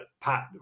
Pat